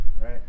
right